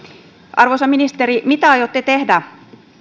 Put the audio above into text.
arvoisa ministeri mitä aiotte tehdä